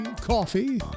coffee